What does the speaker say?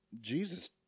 Jesus